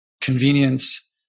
convenience